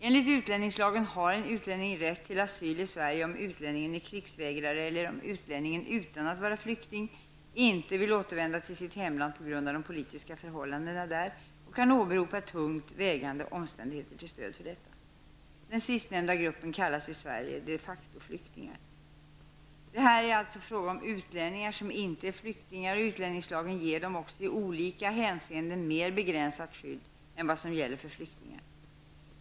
Enligt utlänningslagen har en utlänning rätt till asyl i Sverige om utlänningen är krigsvägrare eller om utlänningen, utan att vara flykting, inte vill återvända till sitt hemland på grund av de politiska förhållandena där och kan åberopa tungt vägande omständigheter till stöd för detta. Den sistnämnda gruppen kallas i Sverige de facto-flyktingar. Det är alltså här fråga om utlänningar som inte är flyktingar, och utlänningslagen ger dem också ett i olika hänseenden mer begränsat skydd än vad som gäller för flyktingar i övrigt.